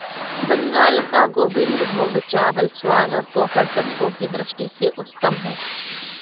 बंगाल का गोविंदभोग चावल स्वाद और पोषक तत्वों की दृष्टि से उत्तम है